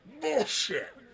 Bullshit